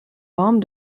bomb